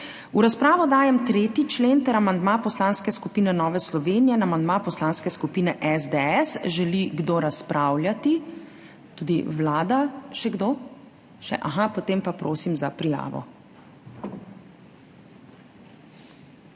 V razpravo dajem 3. člen ter amandma Poslanske skupine Nova Slovenija na amandma Poslanske skupine SDS. Želi kdo razpravljati? Tudi Vlada. Še kdo? Potem pa prosim za prijavo.